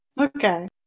Okay